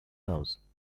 house